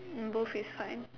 both is fine